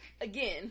Again